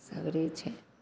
सगरे छै